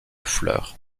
fleurs